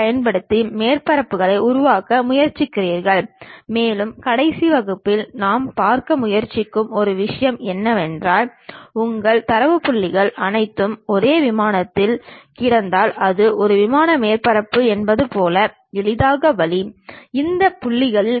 பெரும்பாலான ஸ்லைடுகளில் தகவல்கள் அவரது படைப்புகளால் ஈர்க்கப்பட்டு அவரது அனுமதியுடன் எடுக்கப்படுகின்றன ஆர்த்தோகிராஃபிக் புரொஜெக்ஷன்ஸ் என்றால் என்ன என்று முதல் கேள்வி எழும்